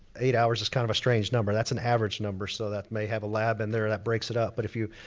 eight hours is kind of a strange number that's an average number, so that may have a lab and there that breaks it up. but if you,